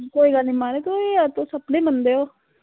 कोई गल्ल निं म्हाराज तुस अपने गै बंदे हो ठीक ठीक